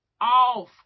off